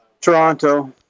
toronto